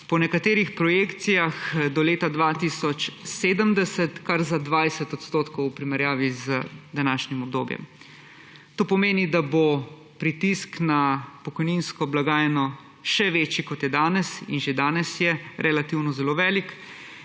po nekaterih projekcijah do leta 2070 kar za 20 % v primerjavi z današnjim obdobjem. To pomeni, da bo pritisk na pokojninsko blagajno še večji, kot je danes, in že danes je relativno zelo velik.